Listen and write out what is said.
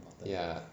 ya